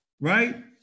right